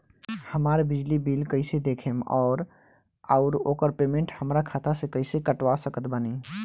हमार बिजली बिल कईसे देखेमऔर आउर ओकर पेमेंट हमरा खाता से कईसे कटवा सकत बानी?